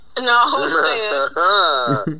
No